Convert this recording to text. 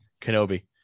Kenobi